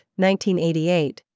1988